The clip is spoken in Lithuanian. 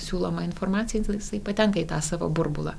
siūlomą informaciją tai jisai patenka į tą savo burbulą